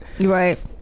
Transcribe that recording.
Right